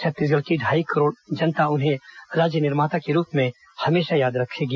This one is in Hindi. छत्तीसगढ़ की ढाई करोड़ की जनता उन्हें राज्य निर्माता के रूप में हमेशा याद रखेगी